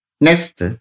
Next